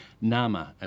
NAMA